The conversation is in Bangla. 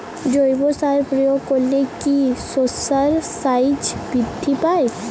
জৈব সার প্রয়োগ করলে কি শশার সাইজ বৃদ্ধি পায়?